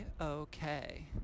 okay